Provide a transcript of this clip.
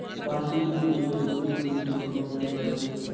वास्तविक पूंजी क भौतिक पूंजी के रूपो म देखलो जाय छै